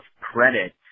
credit